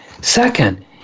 Second